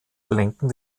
lenken